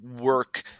work